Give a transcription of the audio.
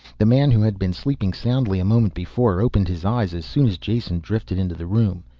the man, who had been sleeping soundly a moment before, opened his eyes as soon as jason drifted into the room.